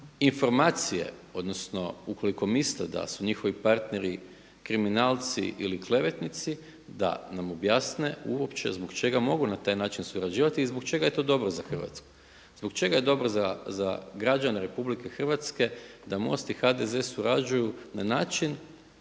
informacije odnosno ukoliko misle da su njihovi partneri kriminalci ili klevetnici da nam objasne uopće zbog čega mogu na taj način surađivati i zbog čega je to dobro za Hrvatsku. Zbog čega je dobro za građane Republike Hrvatske da Most i HDZ-e surađuju na način